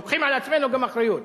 לוקחים על עצמנו גם אחריות.